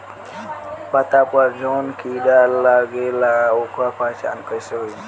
पत्ता पर जौन कीड़ा लागेला ओकर पहचान कैसे होई?